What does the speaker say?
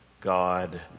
God